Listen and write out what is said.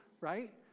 right